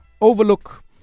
overlook